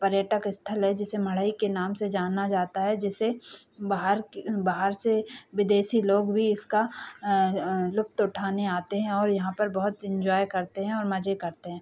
पर्यटक स्थल है जिसे मढ़ई के नाम से जाना जाता है जिसे बाहर कि बाहर से विदेशी लोग भी इसका लुफ़्त उठाने आते हैं और यहाँ पर बहुत इन्जॉय करते हैं और मज़े करते हैं